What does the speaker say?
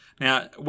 Now